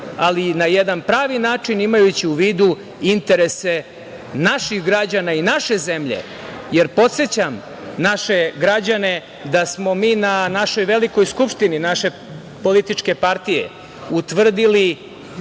ali na jedan pravi način, imajući u vidu interese naših građana naše zemlje. Podsećam naše građane da smo mi na našoj velikoj skupštini naše političke partije utvrdili,